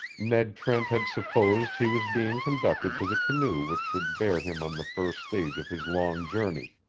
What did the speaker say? ned trent had supposed he was being conducted to the canoe which should bear him on the first stage of his long journey,